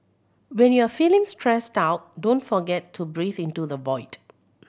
when you are feeling stressed out don't forget to breathe into the void